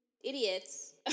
idiots